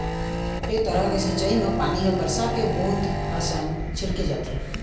ए तरह के सिंचई म पानी ह बरसा के बूंद असन छिड़के जाथे